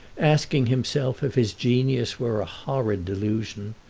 asking himself if his genius were a horrid delusion,